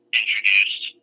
introduced